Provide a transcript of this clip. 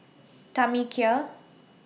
Tamekia